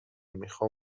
میخام